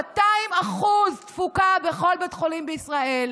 200% תפוקה בכל בית חולים בישראל,